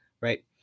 Right